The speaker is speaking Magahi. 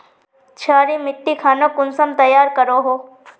क्षारी मिट्टी खानोक कुंसम तैयार करोहो?